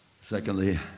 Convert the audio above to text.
Secondly